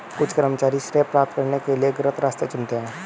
कुछ कर्मचारी श्रेय प्राप्त करने के लिए गलत रास्ते चुनते हैं